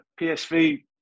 PSV